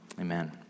Amen